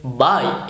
bye